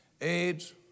AIDS